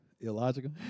Illogical